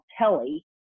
telly